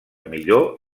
millor